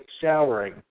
showering